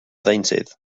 ddeintydd